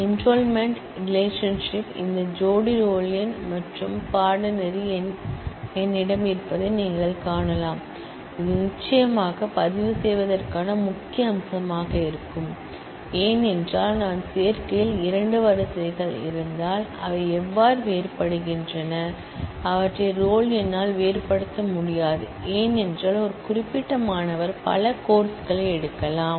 enrolment relationship இந்த ஜோடி roll எண் மற்றும் பாடநெறி எண் என்னிடம் இருப்பதை நீங்கள் காணலாம் இது நிச்சயமாக என்றொல்மெண்ட் செய்வதற்கான முக்கிய கீயாக இருக்கும் ஏனென்றால் சேர்க்கையில் இரண்டு ரோக்கள் இருந்தால் அவை எவ்வாறு வேறுபடுகின்றன அவற்றை ரோல் எண்ணால் வேறுபடுத்த முடியாது ஏனென்றால் ஒரு குறிப்பிட்ட மாணவர் பல கோர்ஸ் களை எடுக்கலாம்